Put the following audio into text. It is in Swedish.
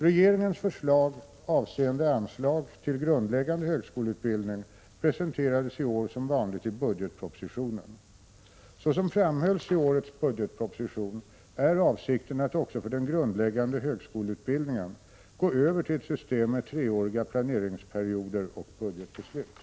Regeringens förslag avseende anslag till grundläggande högskoleutbildning presenterades i år som vanligt i budgetpropositionen. Såsom framhölls i årets budgetproposition är avsikten att också för den grundläggande högskoleutbildningen gå över till ett system med treåriga planeringsperioder och budgetbeslut.